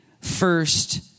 first